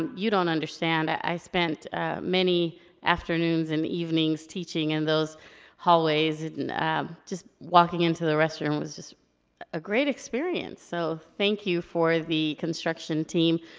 um you don't understand, i spent many afternoons and evenings teaching in those hallways, and just walking into the restroom was just a great experience. so, thank you for the construction team.